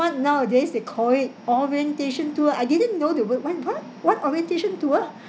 nowadays they call it orientation tour I didn't know they were went what what orientation tour